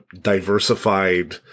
diversified